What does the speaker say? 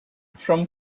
from